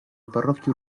parrocchie